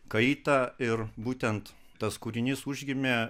kaitą ir būtent tas kūrinys užgimė